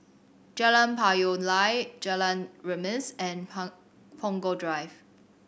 Jalan Payoh Lai Jalan Remis and Punggol Drive